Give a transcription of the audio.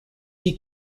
die